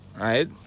right